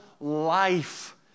life